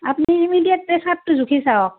আপনি ইমিডিয়েত পেছাৰটো জুখি চাওক